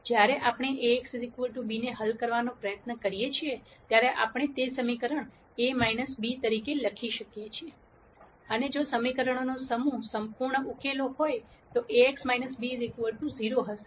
જ્યારે આપણે Ax b ને હલ કરવાનો પ્રયત્ન કરીએ છીએ ત્યારે આપણે તે સમીકરણ A b તરીકે લખી શકીએ છીએ અને જો સમીકરણોના સમૂહનો સંપૂર્ણ ઉકેલો હોય તો Ax b 0 હશે